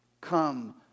come